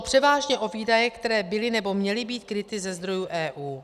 Šlo převážně o výdaje, které byly nebo měly být kryty ze zdrojů EU.